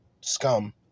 scum